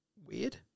weird